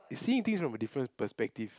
see things from a different perspective